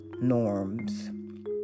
norms